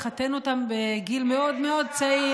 מאפשר להשאיר לכם בידיים את הכוח לחתן אותם בגיל מאוד מאוד צעיר,